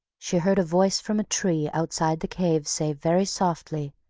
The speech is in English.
she heard a voice from a tree, outside the cave, say, very softly,